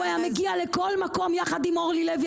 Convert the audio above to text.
הוא היה מגיע לכל מקום יחד עם אורלי לוי.